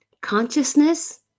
consciousness